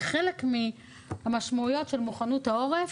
בחלק מהמשמעויות של מוכנות העורף,